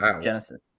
Genesis